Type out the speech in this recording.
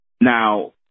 Now